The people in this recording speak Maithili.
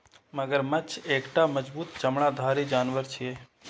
मगरमच्छ एकटा मजबूत चमड़ाधारी जानवर छियै